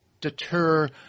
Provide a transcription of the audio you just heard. deter